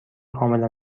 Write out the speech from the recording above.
کاملا